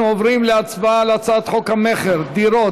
אנחנו עוברים להצבעה על הצעת חוק המכר (דירות)